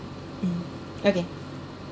um okay